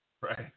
Right